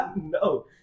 No